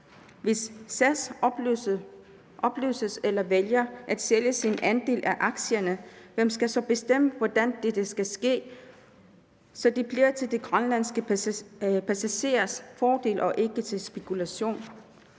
Hvis SAS opløses eller vælger at sælge sin andel af aktierne, hvem skal så bestemme, hvordan dette skal ske, så det bliver til de grønlandske passagerers fordel og ikke til spekulation?